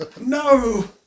No